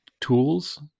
tools